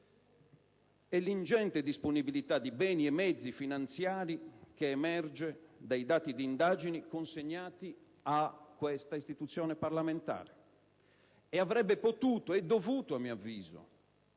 e l'ingente disponibilità di beni e mezzi finanziari che emerge dai dati di indagine consegnati a questa istituzione parlamentare. E avrebbe potuto - e dovuto, a mio avviso